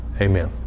Amen